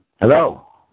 Hello